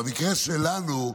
במקרה שלנו,